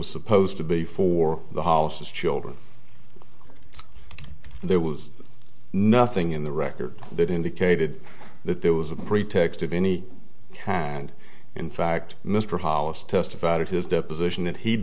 was supposed to be for the house's children there was nothing in the record that indicated that there was a pretext of any and in fact mr hollis testified at his deposition that he